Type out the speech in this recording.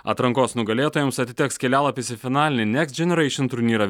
atrankos nugalėtojams atiteks kelialapis į finalinį nekst dženereišin turnyrą